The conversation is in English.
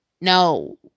No